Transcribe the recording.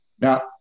Now